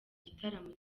igitaramo